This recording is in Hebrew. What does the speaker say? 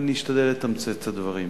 אני אשתדל לתמצת את הדברים.